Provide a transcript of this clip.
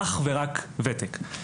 אך ורק ותק.